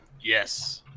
yes